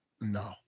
No